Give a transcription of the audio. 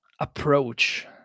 approach